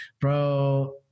bro